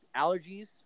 allergies